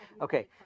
Okay